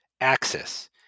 axis